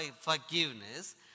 forgiveness